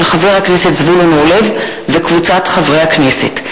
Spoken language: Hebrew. של חבר הכנסת זבולון אורלב וקבוצת חברי הכנסת.